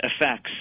effects